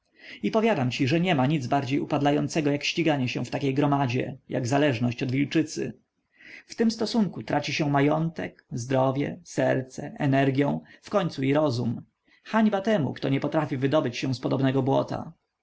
i powiadam ci że niema nic bardziej upadlającego jak ściganie się w takiej gromadzie jak zależność od wilczycy w tym stosunku traci się majątek zdrowie serce energią a wkońcu i rozum hańba temu kto nie potrafi wydobyć się z podobnego błota